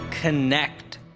connect